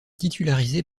titularisé